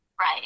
Right